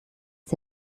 sie